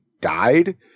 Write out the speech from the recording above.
died